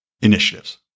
initiatives